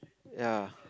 ya